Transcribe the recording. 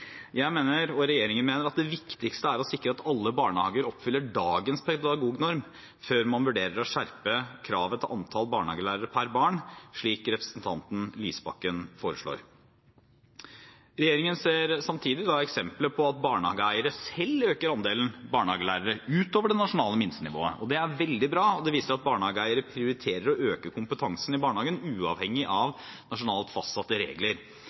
Jeg mener, og regjeringen mener, at det viktigste er å sikre at alle barnehager oppfyller dagens pedagognorm før man vurderer å skjerpe kravet til antall barnehagelærere per barn, slik representanten Lysbakken foreslår. Regjeringen ser samtidig eksempler på at barnehageeiere selv øker andelen barnehagelærere – utover det nasjonale minstenivået – og det er veldig bra. Det viser at barnehageeiere prioriterer å øke kompetansen i barnehagen uavhengig av nasjonalt fastsatte regler.